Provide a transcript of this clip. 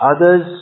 Others